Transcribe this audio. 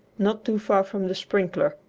not too far from the sprinkler.